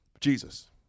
Jesus